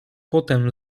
potem